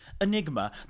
enigma